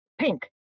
pink